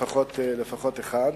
לפחות אחד.